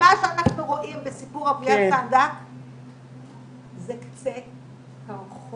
אני אומרת לך שמה שאנחנו רואים בסיפור אהוביה סנדק זה קצה קרחון